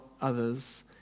others